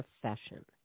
profession